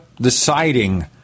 deciding